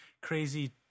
crazy